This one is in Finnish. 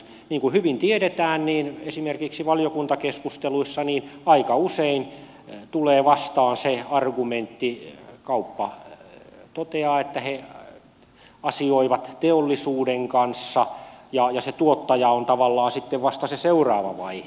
niin kuin hyvin tiedetään esimerkiksi valiokuntakeskusteluissa aika usein tulee vastaan argumentti että kauppa toteaa että he asioivat teollisuuden kanssa ja se tuottaja on tavallaan sitten vasta se seuraava vaihe